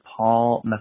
Paul